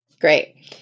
Great